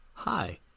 Hi